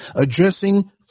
Addressing